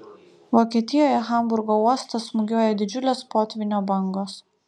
vokietijoje hamburgo uostą smūgiuoja didžiulės potvynio bangos